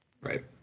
Right